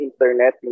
internet